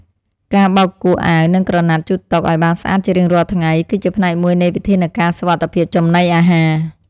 ការបោកគក់អាវនិងក្រណាត់ជូតតុឱ្យបានស្អាតជារៀងរាល់ថ្ងៃ គឺជាផ្នែកមួយនៃវិធានការសុវត្ថិភាពចំណីអាហារ។